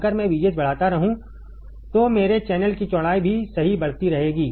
अगर मैं VGS बढ़ाता रहूं तो मेरे चैनल की चौड़ाई भी सही बढ़ती रहेगी